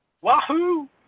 Wahoo